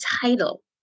title